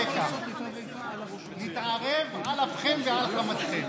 אל תתחילו ברגל שמאל, תתחילו ברגל ימין,